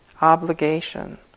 obligation